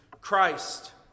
Christ